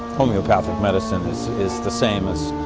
homeopathic medicine is is the same as.